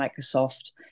Microsoft